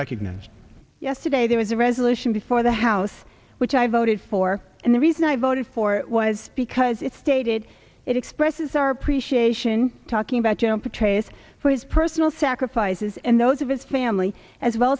recognized yesterday there was a resolution before the house which i voted for and the reason i voted for it was because it stated it expresses our appreciation talking about jam protgs for his personal sacrifices and those of his family as well